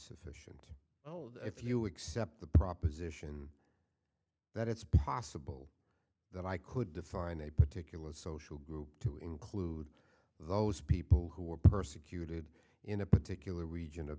inskeep oh if you accept the proposition that it's possible that i could define a particular social group to include those people who were persecuted in a particular region of